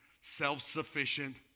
self-sufficient